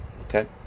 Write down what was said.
Okay